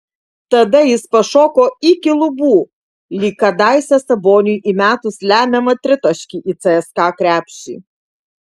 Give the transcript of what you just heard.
tada jis pašoko iki lubų lyg kadaise saboniui įmetus lemiamą tritaškį į cska krepšį